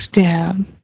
down